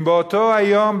אם באותו היום,